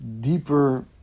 deeper